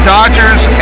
Dodgers